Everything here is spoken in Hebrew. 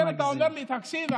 אלא אם כן אתה אומר לי: תקשיב,